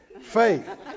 faith